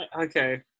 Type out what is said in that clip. Okay